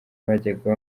bajyaga